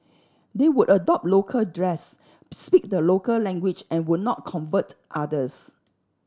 they would adopt local dress speak the local language and would not convert others